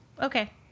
Okay